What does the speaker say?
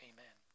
Amen